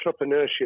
entrepreneurship